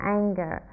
anger